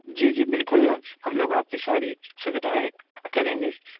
جی جی بالکل ہم لوگ آپ کی ساری سویدھائیں کریں گے